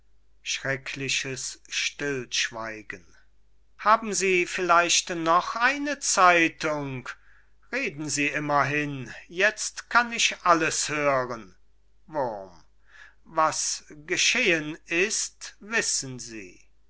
haben sie vielleicht noch eine zeitung reden sie immerhin jetzt kann ich alles hören wurm was geschehen ist wissen sie